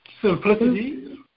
Simplicity